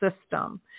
system